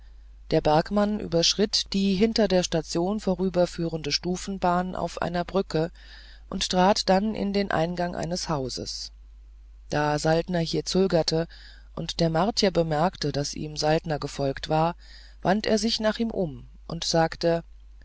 der bergmann überschritt die hinter der station vorüberführende stufenbahn auf einer brücke und trat dann in den eingang eines hauses da saltner hier zögerte und der martier bemerkte daß ihm saltner gefolgt war wandte er sich nach ihm um und sagte